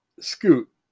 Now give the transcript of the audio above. Scoot